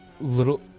little